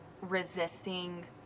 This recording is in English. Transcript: resisting